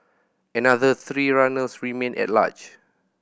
another three runners remain at large